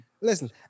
listen